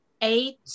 eight